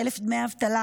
חלף דמי אבטלה,